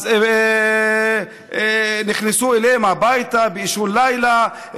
אז נכנסו אליהם הביתה באישון לילה,